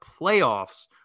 playoffs